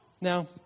Now